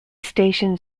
station